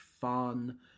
fun